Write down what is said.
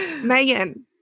Megan